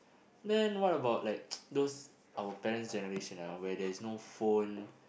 then what about like those our parents generation ah where there is no phone